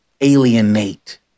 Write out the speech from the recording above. alienate